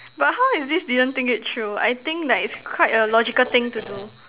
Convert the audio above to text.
but how is this didn't think it through I think like it's quite a logical thing to do